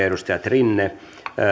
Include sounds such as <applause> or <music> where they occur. <unintelligible> edustajat rinne